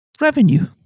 revenue